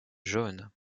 jaune